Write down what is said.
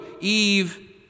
Eve